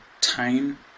time